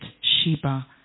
Sheba